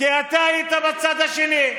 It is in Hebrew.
כי אתה היית בצד השני.